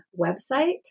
website